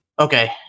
Okay